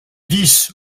dix